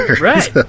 Right